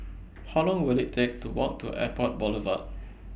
How Long Will IT Take to Walk to Airport Boulevard